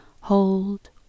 hold